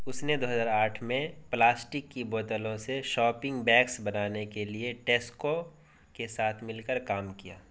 اس نے دو ہزار آٹھ میں پلاسٹک کی بوتلوں سے شاپنگ بیگس بنانے کے لیے ٹیسکو کے ساتھ مل کر کام کیا